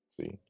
See